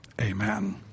amen